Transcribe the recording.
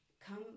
come